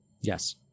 Yes